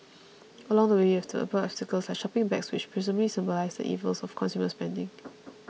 along the way you have to avoid obstacles like shopping bags which presumably symbolise the evils of consumer spending